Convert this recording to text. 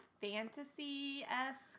fantasy-esque